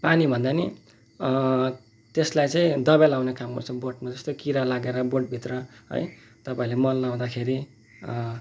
पानीभन्दा पनि त्यसलाई चाहिँ दबाई लगाउने काम गर्छ बोटमा जस्तै किरा लागेर बोटभित्र है तपाईँलेे मल लगाउँदाखेरि